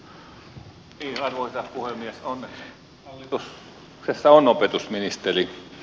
niin arvoisa puhemies onneksi hallituksessa on opetusministeri